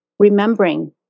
remembering